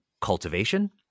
cultivation